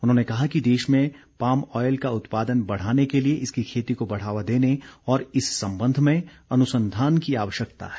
उन्होंने कहा कि देश में पाम ऑयल का उत्पादन बढ़ाने के लिए इसकी खेती को बढ़ावा देने और इस संबंध में अनुसंधान की आवश्यकता है